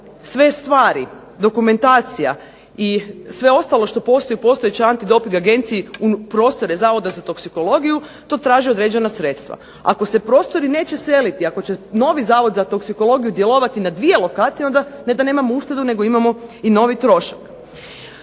sve stvari, dokumentacija i sve ostalo što postoji u postojećoj antidoping agenciji prostora Zavoda za toksikologiju to traži određena sredstva. Ako se prostori neće seliti, ako će novi Zavod za toksikologiju djelovati na dvije lokacije onda ne da nemamo uštedu nego imamo i novi trošak.